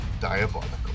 diabolical